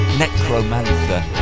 necromancer